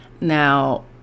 Now